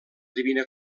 divina